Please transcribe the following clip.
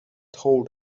told